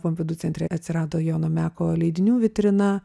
pompidu centre atsirado jono meko leidinių vitrina